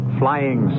flying